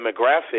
demographic